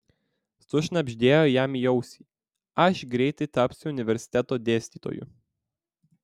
sušnabždėjo jam į ausį aš greitai tapsiu universiteto dėstytoju